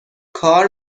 کار